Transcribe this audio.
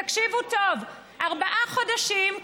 תקשיבו טוב: ארבעה חודשים,